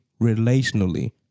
relationally